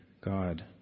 God